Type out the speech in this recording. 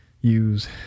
use